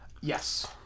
Yes